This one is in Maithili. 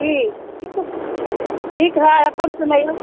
की ठीक हय अपन सुनैऔ